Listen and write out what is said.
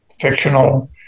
fictional